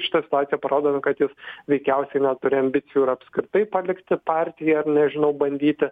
šita situacija parodoma kad jis veikiausiai na turi ambicijų ir apskritai palikti partiją ar nežinau bandyti